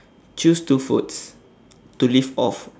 choose two foods to live off